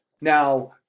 Now